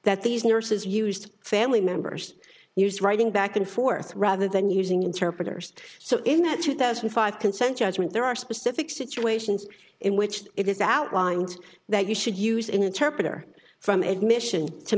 that these nurses used family members used writing back and forth rather than using interpreters so in that two thousand and five consent judgment there are specific situations in which it is outlined that you should use an interpreter from admission to